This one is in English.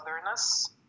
otherness